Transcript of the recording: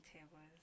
Tables